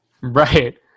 Right